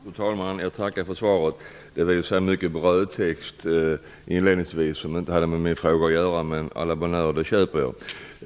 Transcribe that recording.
Fru talman! Jag tackar för svaret. Det innehöll inledningsvis mycket brödtext som inte hade med min fråga att göra. Men à la bonheure, jag godtar det.